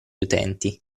utenti